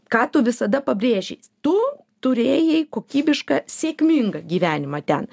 ką tu visada pabrėži tu turėjai kokybišką sėkmingą gyvenimą ten